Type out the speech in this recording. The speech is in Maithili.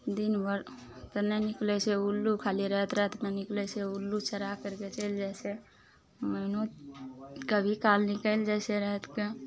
दिन भरि तऽ नहि निकलय छै उल्लू खाली राति रातिमे निकलय छै उल्लू चरा करि कए चलि जाइ छै मैनो कभी काल निकलि जाइ छै राति कए